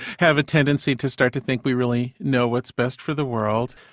have a tendency to start to think we really know what's best for the world.